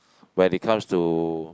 when it comes to